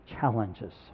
challenges